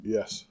Yes